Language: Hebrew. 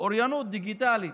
אוריינות דיגיטלית.